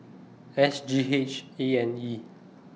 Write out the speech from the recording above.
S G H A and E